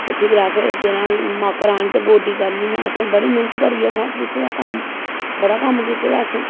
ते फिर असैं केह् नां मक्क राह्न ते गोड्डी करना असें बड़ी मैह्नत करियै कीती दा कम्म बड़ा कम्म कीता दा असें